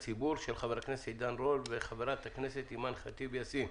חבר הכנסת עידן רול וחברת הכנסת אימאן ח'טיב יאסין.